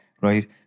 right